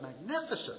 magnificent